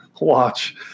watch